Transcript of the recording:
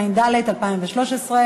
נסי יציאת מצרים ובא והתקרב לישראל,